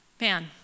man